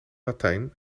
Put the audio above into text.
latijn